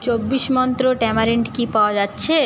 চব্বিশ মন্ত্র ট্যাম্যারিন্ড কি পাওয়া যাচ্ছে